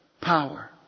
power